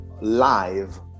live